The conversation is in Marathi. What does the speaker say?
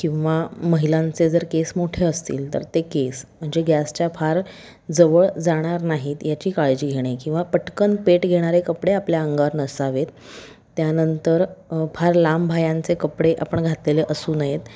किंवा महिलांचे जर केस मोठे असतील तर ते केस म्हणजे गॅसच्या फार जवळ जाणार नाहीत याची काळजी घेणे किंवा पटकन पेट घेणारे कपडे आपल्या अंगावर नसावेत त्यानंतर फार लांबबाह्यांचे कपडे आपण घातलेले असू नयेत